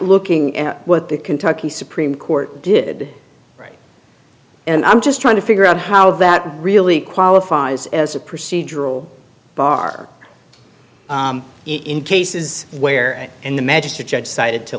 looking at what the kentucky supreme court did right and i'm just trying to figure out how that really qualifies as a procedural bar in cases where in the